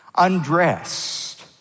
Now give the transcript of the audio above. undressed